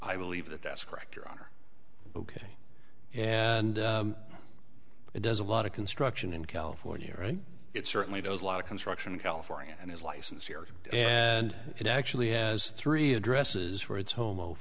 i believe that that's correct your honor ok and it does a lot of construction in california right it certainly does a lot of construction in california and his license here and it actually has three addresses for its hom